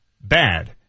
bad